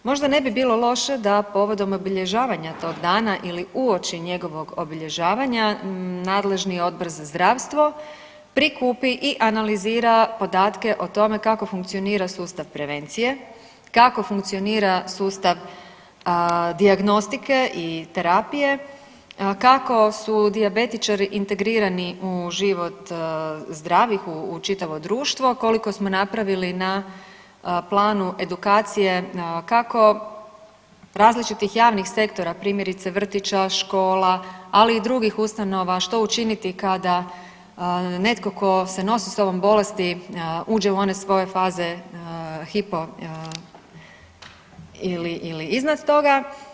Možda ne bi bilo loše da povodom obilježavanja tog dana ili uoči njegovog obilježavanja nadležni Odbor za zdravstvo prikupi i analizira podatke o tome kako funkcionira sustav prevencije, kako funkcionira sustav dijagnostike i terapije, kako su dijabetičari integrirani u život zdravih u čitavo društvo, koliko smo napravili na planu edukacije kako različitih javnih sektora primjerice vrtića, škola ali i drugih ustanova što učiniti kada netko tko se nosi sa ovom bolesti uđe u one svoje faze hipo ili iznad toga.